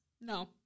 no